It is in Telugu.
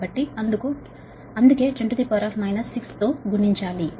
కాబట్టి అందుకే 10 6 తో గుణించాలి